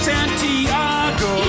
Santiago